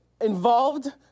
involved